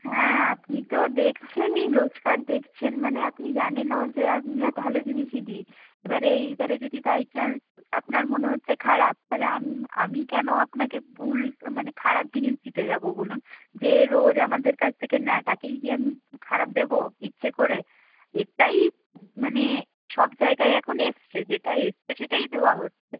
হ্যাঁ আপনি তো দেখছেনই রোজকার দেখছেন মানে আপনি জানেনও যে আমরা ভালো জিনিসই দিই এবারে এইবারে যদি বাই চান্স আপনার মনে হচ্ছে খারাপ তাহলে আম আমি কেনো আপনাকে ভুল মানে খারাপ জিনিস দিতে যাবো বলুন যে রোজ আমাদের কাছ থেকে নেয় তাকেই কি আমি খারাপ দেবো ইচ্ছে করে এটাই মানে সব জায়গায় এখন এসছে যেটা এসছে সেটাই দেওয়া হচ্ছে